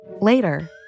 Later